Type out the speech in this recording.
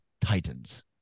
Titans